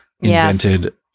invented